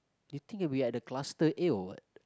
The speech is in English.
you think we are the cluster A or what